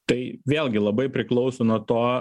tai vėlgi labai priklauso nuo to